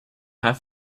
half